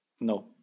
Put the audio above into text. no